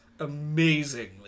amazingly